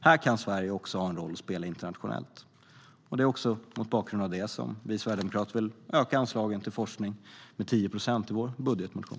Här kan Sverige också ha en roll att spela internationellt. Det är mot bakgrund av det som vi sverigedemokrater vill öka anslagen till forskning med 10 procent i vår budgetmotion.